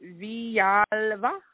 Vialva